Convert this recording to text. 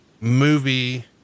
movie